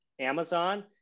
Amazon